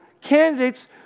candidates